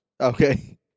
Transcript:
Okay